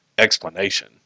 explanation